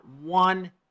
one